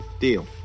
Deal